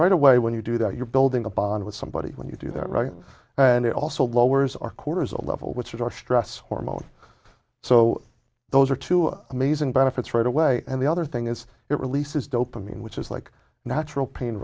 right away when you do that you're building a bond with somebody when you do that right and it also lowers our quarters a level which is our stress hormone so those are two amazing benefits right away and the other thing is it releases dopamine which is like natural pain